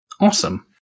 Awesome